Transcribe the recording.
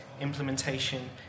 implementation